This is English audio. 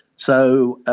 so